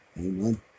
Amen